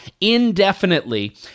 indefinitely